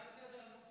הצעה לסדר-היום,